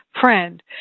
friend